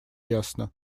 ясно